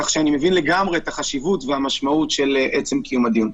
כך שאני מבין לגמרי את החשיבות ואת המשמעות של עצם קיום הדיון.